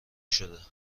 شده